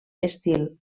estil